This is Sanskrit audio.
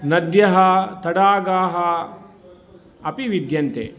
नद्यः तडागाः अपि विद्यन्ते